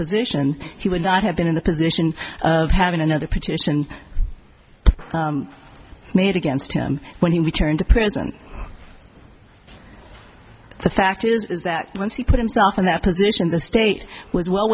position he would not have been in the position of having another petition made against him when he returned to prison the fact is that once he put himself in that position the state was well